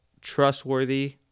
trustworthy